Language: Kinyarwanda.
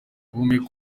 guhumeka